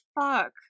fuck